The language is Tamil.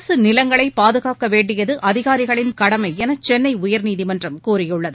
அரசு நிலங்களைப் பாதுகாக்க வேண்டியது அதிகாரிகளின் கடமை என சென்னை உயர்நீதிமன்றம் கூறியுள்ளது